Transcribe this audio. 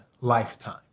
lifetime